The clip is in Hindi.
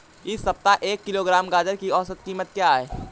इस सप्ताह एक किलोग्राम गाजर की औसत कीमत क्या है?